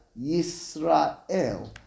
Yisrael